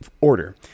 order